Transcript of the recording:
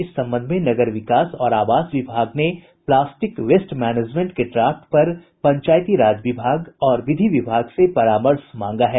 इस संबंध में नगर विकास और आवास विभाग ने प्लास्टिक वेस्ट मैनेजमेंट के ड्राफ्ट पर पंचायती राज विभाग और विधि विभाग से परामर्श मांगा है